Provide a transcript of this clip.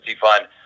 fund